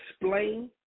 explain